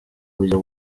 uburyo